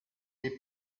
les